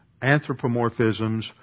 anthropomorphisms